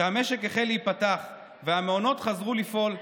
כשהמשק החל להיפתח והמעונות חזרו לפעול,